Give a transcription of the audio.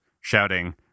shouting